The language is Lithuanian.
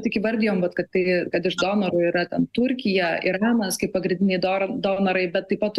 tik įvardijom kad tai kad iš donorų yra ten turkija iranas kaip pagrindiniai dor donorai bet taip pat